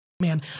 man